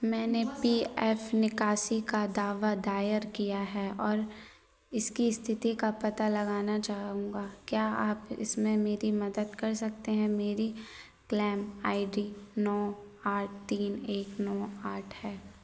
मैंने P F निकासी का दावा दायर किया है और इसकी स्थिति का पता लगाना चाहूँगा क्या आप इसमें मेरी मदद कर सकते हैं मेरी क्लेम आई डी नौ आठ तीन एक नौ आठ है